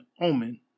omen